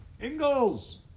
Ingalls